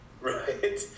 Right